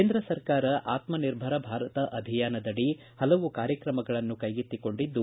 ಕೇಂದ್ರ ಸರ್ಕಾರ ಆತ್ಮನಿರ್ಭರ ಭಾರತ ಅಭಿಯಾನದಡಿ ಪಲವಾರು ಕಾರ್ಯಕ್ರಮಗಳನ್ನು ಕೈಗೊಂಡಿದ್ದು